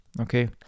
okay